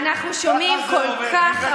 יש גם את